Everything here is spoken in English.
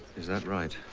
is that right.